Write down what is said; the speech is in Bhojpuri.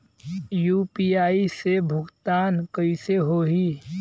यू.पी.आई से भुगतान कइसे होहीं?